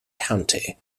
county